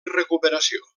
recuperació